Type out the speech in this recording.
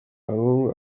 karungu